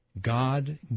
God